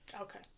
Okay